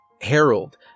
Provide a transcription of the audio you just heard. Harold